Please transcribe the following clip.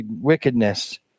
wickedness